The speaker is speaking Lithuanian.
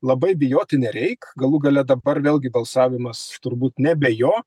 labai bijoti nereik galų gale dabar vėlgi balsavimas turbūt nebe jo